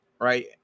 right